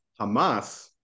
Hamas